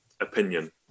opinion